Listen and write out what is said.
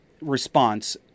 response